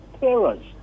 parents